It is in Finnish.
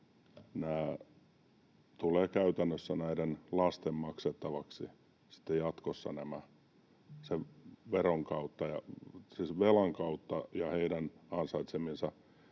tulevat käytännössä näiden lasten maksettaviksi sitten jatkossa sen velan kautta ja heidän ansaitsemiensa